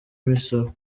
misoro